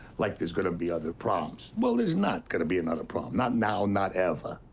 like there's gonna be other proms. well, there's not gonna be another prom. not now, not ever.